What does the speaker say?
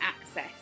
access